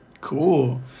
Cool